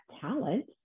talent